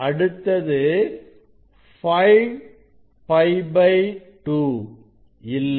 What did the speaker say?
அடுத்தது 5 π2 இல்லை